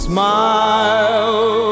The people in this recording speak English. Smile